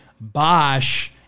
Bosch